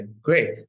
great